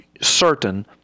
certain